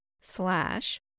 slash